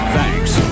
Thanks